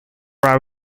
are